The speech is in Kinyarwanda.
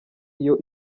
iyo